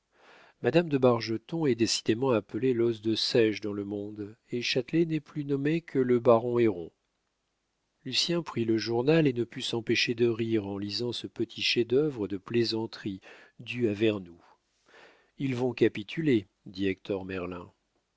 madame de bargeton est décidément appelée l'os de seiche dans le monde et châtelet n'est plus nommé que le baron héron lucien prit le journal et ne put s'empêcher de rire en lisant ce petit chef-d'œuvre de plaisanterie dû à vernou ils vont capituler dit